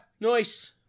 nice